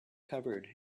covered